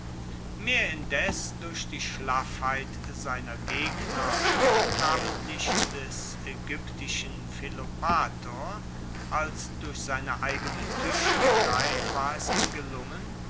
mehr indes durch die schlaffheit seiner gegner namentlich des aegyptischen philopator als durch seine eigene tuechtigkeit war es ihm gelungen